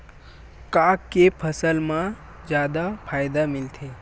का के फसल मा जादा फ़ायदा मिलथे?